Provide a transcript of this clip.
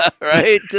Right